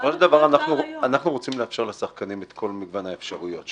בסופו של דבר אנחנו רוצים לאפשר לשחקנים את כל מגוון האפשרויות.